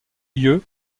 lieu